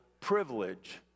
privilege